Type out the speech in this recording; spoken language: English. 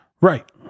Right